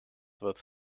wird